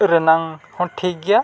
ᱨᱮᱱᱟᱝ ᱦᱚᱸ ᱴᱷᱤᱠ ᱜᱮᱭᱟ